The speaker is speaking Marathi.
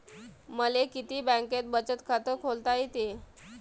मले किती बँकेत बचत खात खोलता येते?